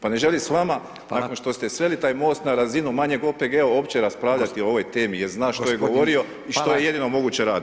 Pa ne želi s vama [[Upadica: Hvala]] nakon što ste sveli taj MOST na razinu manjeg OPG-a uopće raspravljati o ovoj temi jer [[Upadica: Gospodine, hvala]] zna što je govorio i što je jedino moguće radio.